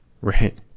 Right